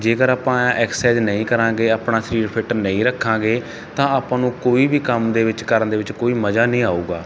ਜੇਕਰ ਆਪਾਂ ਐਕਸਾਈਜ ਨਹੀਂ ਕਰਾਂਗੇ ਆਪਣਾ ਸਰੀਰ ਫਿੱਟ ਨਹੀਂ ਰੱਖਾਂਗੇ ਤਾਂ ਆਪਾਂ ਨੂੰ ਕੋਈ ਵੀ ਕੰਮ ਦੇ ਵਿੱਚ ਕਰਨ ਦੇ ਵਿੱਚ ਕੋਈ ਮਜ਼ਾ ਨਹੀਂ ਆਊਗਾ